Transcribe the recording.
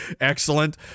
Excellent